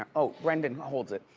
ah oh glendon holds it,